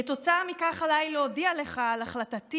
כתוצאה מכך עליי להודיע לך על החלטתי